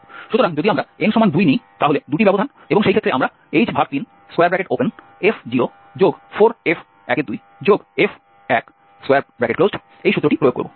সুতরাং যদি আমরা n2 নিই তাহলে 2টি ব্যবধান এবং সেই ক্ষেত্রে আমরা h3f04f12f এই সূত্রটি প্রয়োগ করব